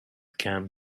can